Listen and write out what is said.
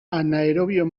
anaerobio